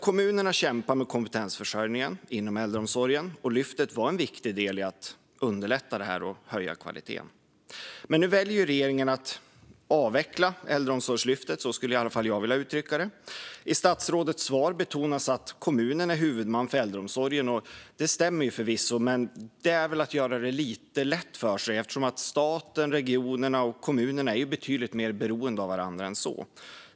Kommunerna kämpar med kompetensförsörjningen inom äldreomsorgen. Lyftet var en viktig del i att underlätta denna och höja kvaliteten. Men nu väljer regeringen att avveckla Äldreomsorgslyftet - så skulle i alla fall jag vilja uttrycka det. I statsrådets svar betonas att kommunen är huvudman för äldreomsorgen. Det stämmer förvisso, men det är väl att göra det lite lätt för sig eftersom staten, regionerna och kommunerna är betydligt mer beroende av varandra än så.